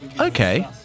Okay